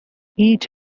each